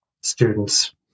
students